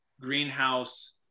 greenhouse